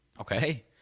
Okay